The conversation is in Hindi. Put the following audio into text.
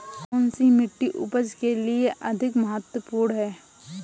कौन सी मिट्टी उपज के लिए अधिक महत्वपूर्ण है?